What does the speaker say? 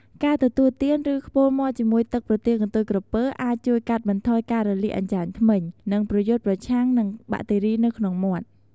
ការទទួលទាន ឬខ្ពុរមាត់ជាមួយទឹកប្រទាលកន្ទុយក្រពើ អាចជួយកាត់បន្ថយការរលាកអញ្ចាញធ្មេញ និងប្រយុទ្ធប្រឆាំងនឹងបាក់តេរីនៅក្នុងមាត់។